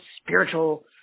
spiritual